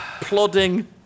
Plodding